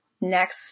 next